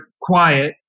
quiet